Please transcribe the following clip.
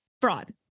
fraud